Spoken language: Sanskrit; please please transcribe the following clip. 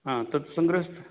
हा तत् सङ्ग्रह्य